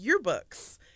yearbooks